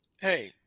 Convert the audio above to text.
hey